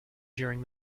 during